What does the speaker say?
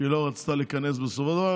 שהיא לא רצתה לכנס בסופו של דבר,